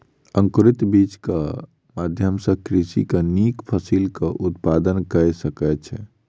अंकुरित बीजक माध्यम सॅ कृषक नीक फसिलक उत्पादन कय सकै छै